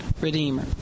redeemer